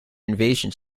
invasion